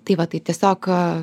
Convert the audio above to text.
tai va tai tiesiog